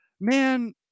man